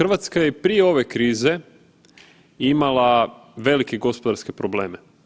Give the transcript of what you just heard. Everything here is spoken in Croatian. RH je i prije ove krize imala velike gospodarske probleme.